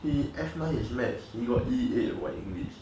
he F nine his maths he got E eight for his english